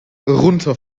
runter